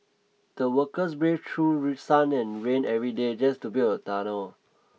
the workers braved through sun and rain every day just to build a tunnel